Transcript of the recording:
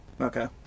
Okay